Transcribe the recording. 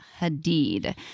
Hadid